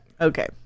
Okay